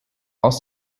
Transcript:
aus